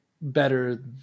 better